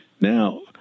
now